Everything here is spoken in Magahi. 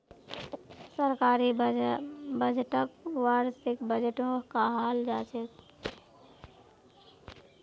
सरकारी बजटक वार्षिक बजटो कहाल जाछेक